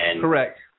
Correct